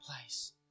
place